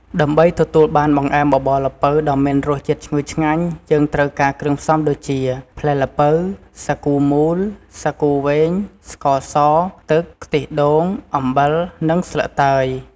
ដើម្បីទទួលបានបង្អែមបបរល្ពៅដ៏មានរសជាតិឈ្ងុយឆ្ងាញ់ យើងត្រូវការគ្រឿងផ្សំដូចជា ផ្លែល្ពៅ សាគូមូល សាគូវែង ស្ករស ទឹក ខ្ទិះដូង អំបិល និងស្លឹកតើយ។